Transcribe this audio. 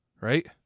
right